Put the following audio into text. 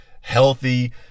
healthy